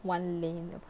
one lane apart